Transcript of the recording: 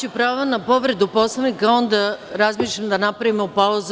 Daću pravo na povredu Poslovnika, a onda razmišljam da napravimo pauzu.